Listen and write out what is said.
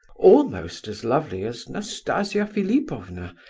almost as lovely as nastasia philipovna,